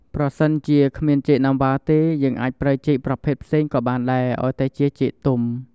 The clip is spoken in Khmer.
ប្រសិនជាគ្មានចេកណាំវ៉ាទេ យើងអាចប្រើចេកប្រភេទផ្សេងក៏បានដែរឱ្យតែជាចេកទុំ។